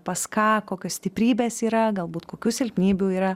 pas ką kiokios stiprybės yra galbūt kokių silpnybių yra